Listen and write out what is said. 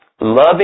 loving